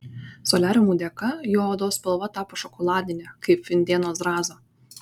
soliariumų dėka jo odos spalva tapo šokoladinė kaip indėno zrazo